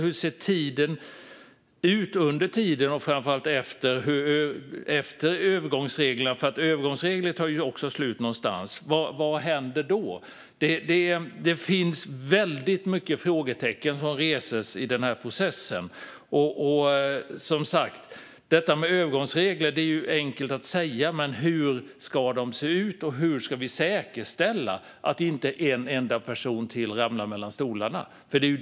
Hur ser det ut under tiden och framför allt efter övergångsreglerna? Övergångsregler tar slut någonstans. Vad händer då? Det finns väldigt många frågetecken som reses i den här processen. Detta med övergångsregler är enkelt att säga, men hur ska de se ut? Hur ska vi säkerställa att inte en enda person till ramlar mellan stolarna?